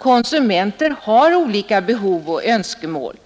konsumenter har olika behov och önskemål.